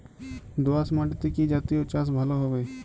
দোয়াশ মাটিতে কি জাতীয় চাষ ভালো হবে?